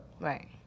Right